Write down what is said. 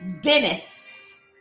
Dennis